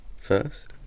first